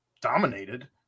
dominated